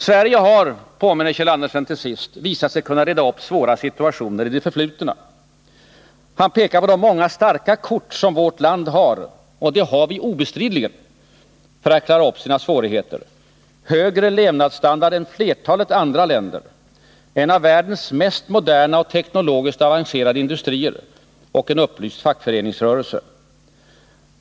Sverige har — påminner Kjeld Andersen till sist — visat sig kunna reda upp svåra situationer i det förflutna. Han pekar på de många starka kort som vårt land har, och det har vi obestridligen, för att klara upp sina svårigheter: högre levnadsstandard än flertalet andra länder, en av världens mest moderna och teknologiskt avancerade industrier och en upplyst fackföreningsrörelse.